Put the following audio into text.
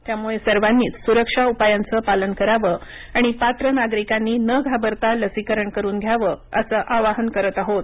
त्यामुळे सर्वांनीच सुरक्षा उपायांचं पालन करावं आणि पात्र नागरिकांनी न घाबरता लसीकरण करून घ्यावं असं आवाहन करत आहोत